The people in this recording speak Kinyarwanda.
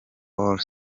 ould